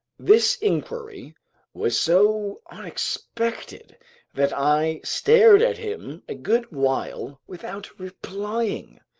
this inquiry was so unexpected that i stared at him a good while without replying.